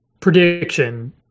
prediction